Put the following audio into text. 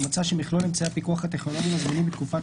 ומצאה שמכלול אמצעי הפיקוח הטכנולוגיים הזמינים בתקופת